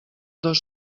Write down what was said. dos